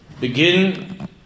Begin